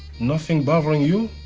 nothing bothering you?